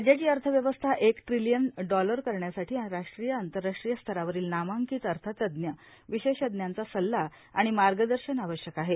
राज्याची अर्थव्यवस्था एक ट्रिलियन डॉलर करण्यासाठी राष्ट्रीय आंतरराष्ट्रीय स्तरावरील नामांकित अर्थतज्ज्ञए विशेषज्ञांचा सल्ला आणि मार्गदर्शन आवश्यक आहे